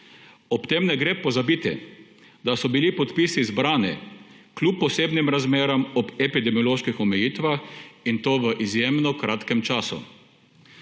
Ob tem ne gre pozabiti, da so bili podpisi zbrani kljub posebnim razmeram ob epidemioloških omejitvah in to v izjemno kratkem času,